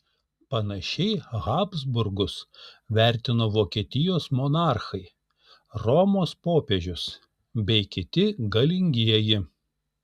panašiai habsburgus vertino vokietijos monarchai romos popiežius bei kiti galingieji